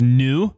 new